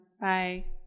Bye